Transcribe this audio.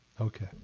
Okay